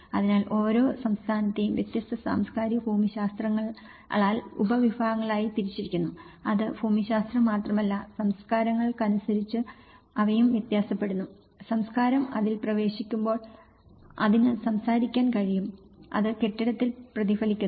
അതിനാൽ ഓരോ സംസ്ഥാനത്തെയും വ്യത്യസ്ത സാംസ്കാരിക ഭൂമിശാസ്ത്രങ്ങളാൽ ഉപവിഭാഗങ്ങളായി തിരിച്ചിരിക്കുന്നു അത് ഭൂമിശാസ്ത്രം മാത്രമല്ല സംസ്കാരങ്ങൾക്കനുസരിച്ച് അവയും വ്യത്യാസപ്പെടുന്നു സംസ്കാരം അതിൽ പ്രവേശിക്കുമ്പോൾ അതിന് സംസാരിക്കാൻ കഴിയും അത് കെട്ടിടത്തിൽ പ്രതിഫലിക്കുന്നു